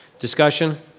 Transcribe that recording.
discussion?